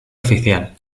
oficial